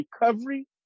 recovery